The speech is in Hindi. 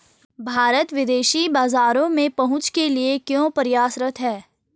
भारत विदेशी बाजारों में पहुंच के लिए क्यों प्रयासरत है?